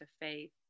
faith